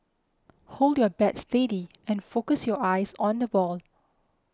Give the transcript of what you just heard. hold your bat steady and focus your eyes on the ball